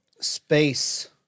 space